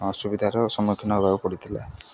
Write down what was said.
ଅସୁବିଧାର ସମ୍ମୁଖୀନ ହବାକୁ ପଡ଼ିଥିଲା